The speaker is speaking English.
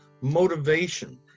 motivation